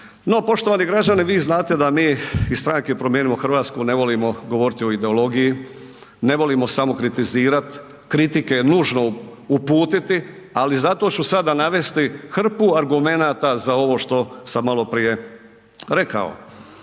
No poštovani građani vi znate da mi iz stranke promijenimo Hrvatsku ne volimo govoriti o ideologiji, ne volimo samo kritizirati, kritike nužno uputiti, ali zato ću sada navesti hrpu argumenata za ovo što sam maloprije rekao.